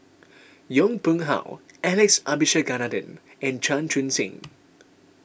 Yong Pung How Alex Abisheganaden and Chan Chun Sing